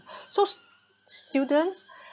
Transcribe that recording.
so students